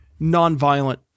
nonviolent